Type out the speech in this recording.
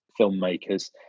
filmmakers